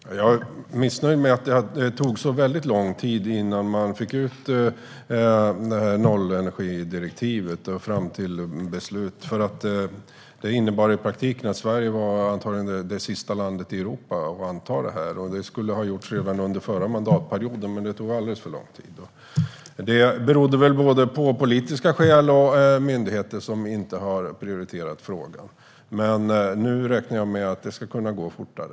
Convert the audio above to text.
Herr talman! Jag är missnöjd med att det tog väldigt lång tid innan man fick ut det här nollenergidirektivet för beslut. Det innebar i praktiken att Sverige antagligen var det sista landet i Europa att anta det. Det skulle ha gjorts redan under den förra mandatperioden. Men det tog alldeles för lång tid. Det berodde väl både på politiska skäl och på att myndigheter inte prioriterat frågan. Men nu räknar jag med att det ska kunna gå fortare.